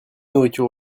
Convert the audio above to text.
nourriture